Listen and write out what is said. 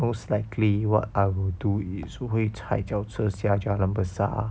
most likely what I will do is 我会踩脚车下 jalan besar